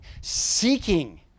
seeking